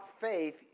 faith